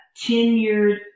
tenured